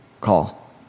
call